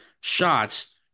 shots